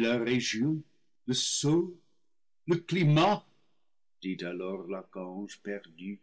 la région le sol le climat dit alors l'archange perdu